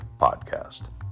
Podcast